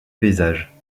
paysage